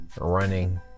running